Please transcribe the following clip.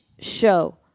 show